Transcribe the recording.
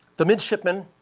the midshipman,